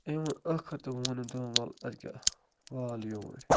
أمۍ ووٚن ٲخٕر تہِ ووٚن أمۍ دوٚپُن وَلہٕ اَدٕ کیٛاہ وال یوٗرۍ